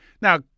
Now